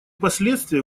последствия